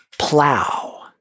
Plow